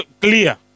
clear